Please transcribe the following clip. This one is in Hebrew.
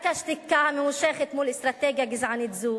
רק השתיקה הממושכת מול אסטרטגיה גזענית זו